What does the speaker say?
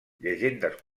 llegendes